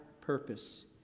purpose